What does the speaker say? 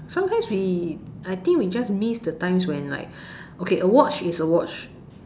ya sometimes we I think we just miss the times when like okay a watch is a watch